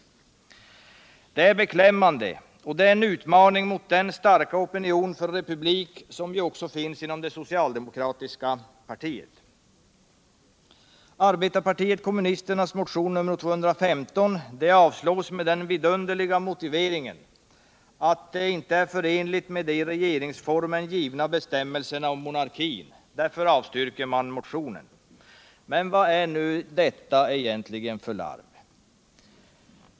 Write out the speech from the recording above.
Det är beklämmande och innebär en utmaning mot den starka opinion för republik som ju finns också inom det socialdemokratiska partiet. Arbetarpartiet kommunisternas motion nr 215 avslås med den vidunderliga motiveringen att yrkandet inte är förenligt med de i regeringsformen Men vad är nu detta egentligen för larv?